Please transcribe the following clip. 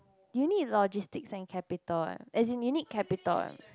you need logistic and capital leh as in you need capital leh